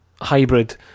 hybrid